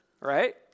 Right